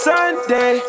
Sunday